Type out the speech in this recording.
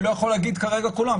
אני לא יכול להגיד כרגע את כולם.